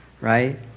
right